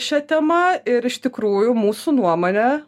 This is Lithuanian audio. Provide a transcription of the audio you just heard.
šia tema ir iš tikrųjų mūsų nuomone